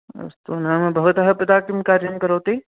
अस्तु नाम भवतः पिता किं कार्यं करोति